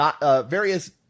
various